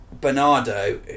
Bernardo